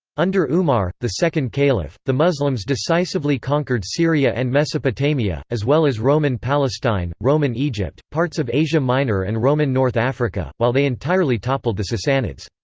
under umar, the second caliph, the muslims decisively conquered syria and mesopotamia, as well as roman palestine, roman egypt, parts of asia minor and roman north africa, while they entirely toppled the sasanids.